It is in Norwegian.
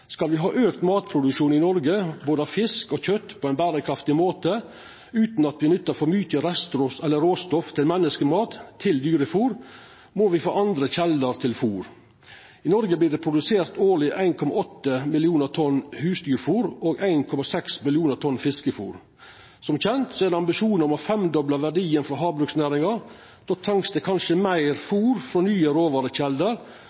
Skal me ha auka matproduksjon i Noreg av både fisk og kjøt på ein berekraftig måte, utan at me nyttar for mykje råstoff til menneskemat til dyrefôr, må me få andre kjelder til fôr. I Noreg vert det produsert 1,8 millionar tonn husdyrfôr og 1,6 millionar tonn fiskefôr årleg. Som kjent er det ambisjonar om å femdobla verdien frå havbruksnæringa. Då trengst det kanskje meir